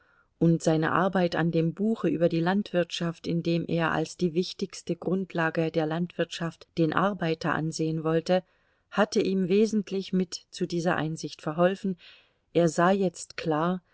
und seine arbeit an dem buche über die landwirtschaft in dem er als die wichtigste grundlage der landwirtschaft den arbeiter ansehen wollte hatte ihm wesentlich mit zu dieser einsicht verholfen er sah jetzt klar